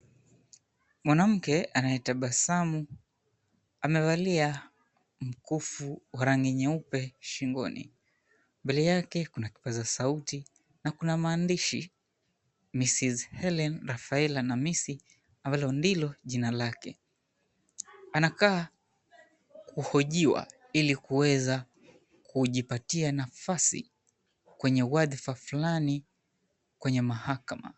Mwanamke anayetabasamu amevalia mkufu wa rangi nyeupe shingoni. Mbele yake, kuna kipaza sauti, na kuna maandishi, "Mrs. Helene Rafaela Namisi", ambalo ndilo jina lake. Anakaa kuhojiwa ili kuweza kujipatia nafasi kwenye wadhifa fulani kwenye mahakama.